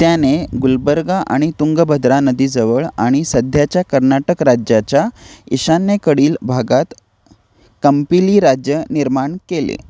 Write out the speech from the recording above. त्याने गुलबर्गा आणि तुंगभद्रा नदीजवळ आणि सध्याच्या कर्नाटक राज्याच्या ईशान्येकडील भागात कंपिली राज्य निर्माण केले